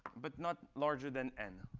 but not larger than n.